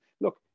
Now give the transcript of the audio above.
Look